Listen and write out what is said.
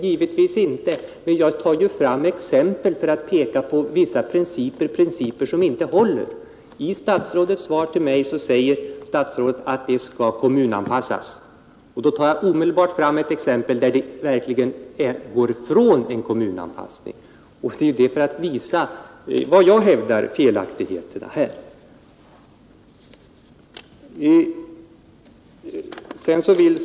Givetvis inte, men jag har ju tagit fram exempel för att peka på vissa principer som inte håller när de konkret granskas. I sitt svar säger t.ex. statsrådet att den geografiska indelningen av trafikområdena skall anpassas efter länsoch kommunindelningen. För att påvisa felaktigheterna nämnde jag ett exempel på hur indelningen går ifrån denna anpassning.